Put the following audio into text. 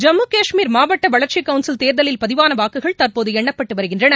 ஜம்மு கஷ்மீர் மாவட்ட வளர்ச்சி கவுன்சில் தேர்தலில் பதிவாள வாக்குகள் தற்போது எண்ணப்பட்டு வருகின்றன